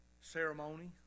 Ceremony